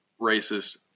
racist